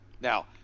now